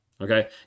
Okay